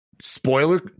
spoiler